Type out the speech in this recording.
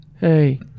Hey